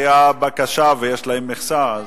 שהיתה בקשה ויש להם מכסה.